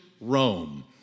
Rome